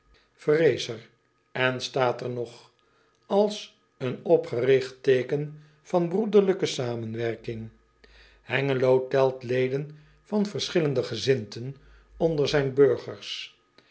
en staat er nog als een opgerigt teeken van broederlijke zamenwerking engelo telt leden van verschillende gezindten onder zijn burgers